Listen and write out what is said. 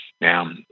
Now